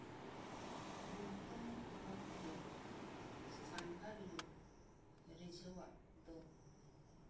ᱵᱤᱨᱵᱷᱩᱢ ᱦᱚᱱᱚᱛ ᱨᱮ ᱥᱟᱸᱜᱷᱟᱨᱤᱭᱟᱹ ᱨᱤᱡᱷᱟᱹᱣᱟᱜ ᱫᱚ